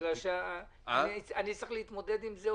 בגלל שאני צריך להתמודד עם זה.